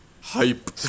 hype